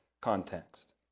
context